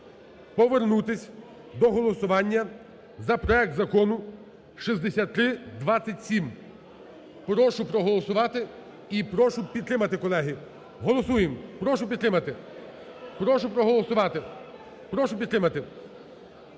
повернутись до голосування за проект Закону 6327. Прошу проголосувати. І прошу підтримати, колеги. Голосуємо. Прошу підтримати. Прошу проголосувати. Прошу підтримати.